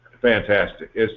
fantastic